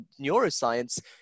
neuroscience